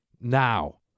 now